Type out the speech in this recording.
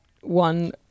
one